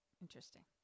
Interesting